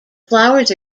flowers